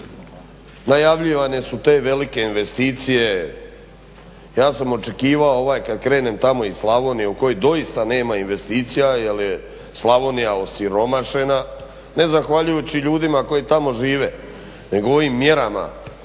Najavljivane su te velike investicije, ja sam očekivao kada krenem tamo iz Slavonije u kojoj doista nema investicija jel je Slavonija osiromašena ne zahvaljujući ljudima koji tamo žive, nego ovim mjerama